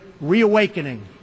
reawakening